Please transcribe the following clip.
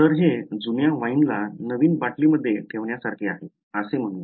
तर जुन्या वाइनला नवीन बाटलीमध्ये ठेवण्या सारखे आहे असे म्हणू या